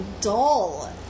dull